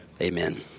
Amen